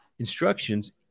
instructions